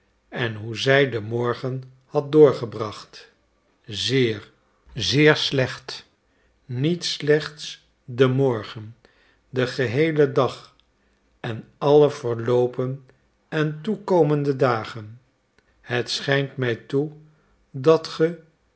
en hoe zij den morgen had doorgebracht zeer zeer slecht niet slechts den morgen den geheelen dag en alle verloopen en toekomende dagen het schijnt mij toe dat ge